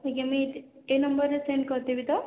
ଆଜ୍ଞା ମୁଁ ଏଇତି ଏଇ ନମ୍ବରରେ ସେଣ୍ଡ୍ କରିଦେବି ତ